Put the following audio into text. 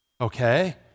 Okay